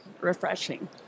refreshing